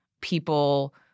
people